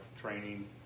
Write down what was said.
training